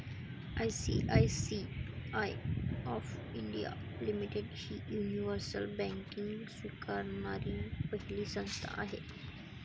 ICICI of India limited ही universal banking स्वीकारणारी पहिली संस्था आहे